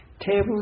table's